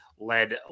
Led